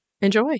Enjoy